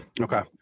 Okay